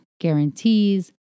guarantees